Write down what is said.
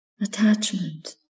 attachment